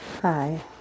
Hi